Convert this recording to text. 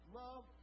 love